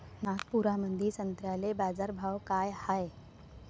नागपुरामंदी संत्र्याले बाजारभाव काय हाय?